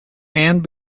and